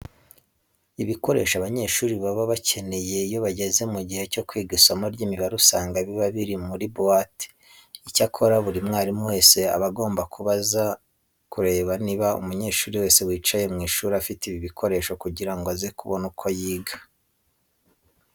Ibikoresho abanyeshuri baba bakeneye iyo bageze mu gihe cyo kwiga isomo ry'imibare usanga biba biri muri buwate. Icyakora buri mwarimu wese aba agomba kubanza kureba niba umunyeshuri wese wicaye mu ishuri afite ibi bikoresho kugira ngo aze kubona uko yiga.